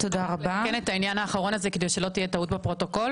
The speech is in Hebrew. אתקן את זה כדי שלא תהיה טעות בפרוטוקול